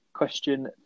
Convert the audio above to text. Question